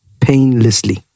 Painlessly